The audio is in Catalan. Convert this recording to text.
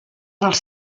dels